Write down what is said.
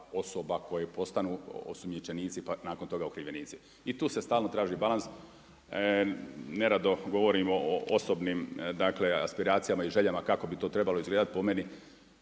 osoba koje postanu osumnjičenici pa nakon toga i okrivljenici i tu se stalno traži balans. Nerado govorimo o osobnim aspiracijama i željama kako bi to trebalo izgledati. Po meni